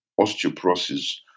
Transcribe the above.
osteoporosis